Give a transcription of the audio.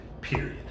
Period